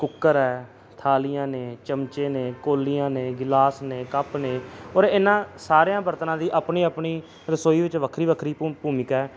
cooker ਆ ਥਾਲੀਆਂ ਨੇ ਚਮਚੇ ਨੇ ਕੌਲੀਆਂ ਨੇ ਗਿਲਾਸ ਨੇ ਕੱਪ ਨੇ ਔਰ ਇਹਨਾਂ ਸਾਰਿਆਂ ਬਰਤਨਾਂ ਦੀ ਆਪਣੀ ਆਪਣੀ ਰਸੋਈ ਵਿੱਚ ਵੱਖਰੀ ਵੱਖਰੀ ਭੂ ਭੂਮਿਕਾ